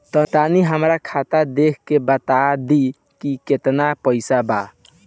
तनी हमर खतबा देख के बता दी की केतना पैसा बा?